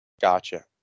Gotcha